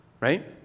right